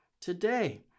today